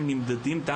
אז הם כמובן נמצאים פה,